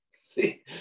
See